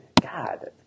god